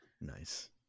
Nice